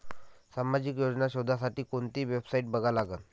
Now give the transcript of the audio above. सामाजिक योजना शोधासाठी कोंती वेबसाईट बघा लागन?